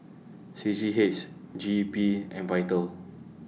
C G H G E P and Vital